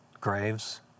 graves